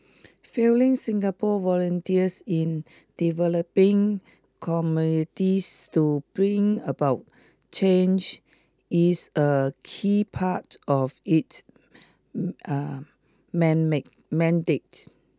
fielding Singapore volunteers in developing communities to bring about change is a key part of its mandate